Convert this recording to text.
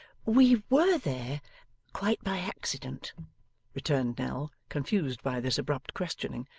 we were there quite by accident returned nell, confused by this abrupt questioning.